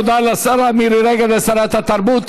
תודה לשרה מירי רגב, לשרת התרבות.